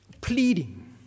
pleading